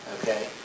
Okay